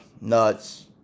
nuts